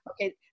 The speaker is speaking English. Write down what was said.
Okay